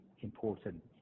important